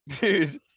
Dude